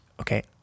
Okay